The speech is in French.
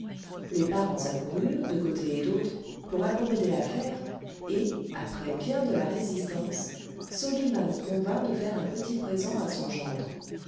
les parents accoururent de côté et d'autre pour accommoder l'affaire et après bien de la résistance ils firent convenir soliman de faire un petit présent à son gendre